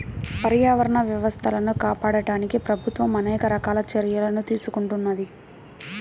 పర్యావరణ వ్యవస్థలను కాపాడడానికి ప్రభుత్వం అనేక రకాల చర్యలను తీసుకుంటున్నది